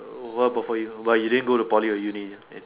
so what about for you but you didn't go to Poly or Uni uh